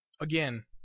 Again